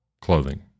clothing